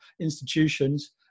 institutions